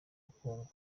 bukungu